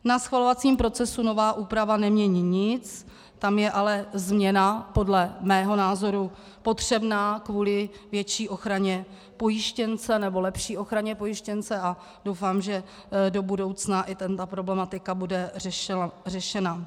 Na schvalovacím procesu nová úprava nemění nic, tam je ale změna podle mého názoru potřebná kvůli větší ochraně pojištěnce, nebo lepší ochraně pojištěnce, a doufám, že do budoucna i tato problematika bude řešena.